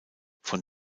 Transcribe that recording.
von